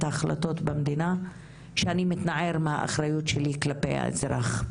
ההחלטות במדינה של "אני מתנער מהאחריות שלי כלפיי האזרח"